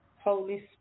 Holy